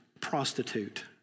prostitute